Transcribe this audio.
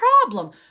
problem